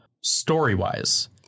Story-wise